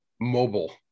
mobile